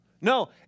No